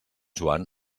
joan